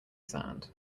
sand